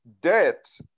debt